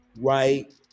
right